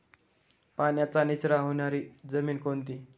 पाण्याचा निचरा होणारी जमीन कोणती?